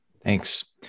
Thanks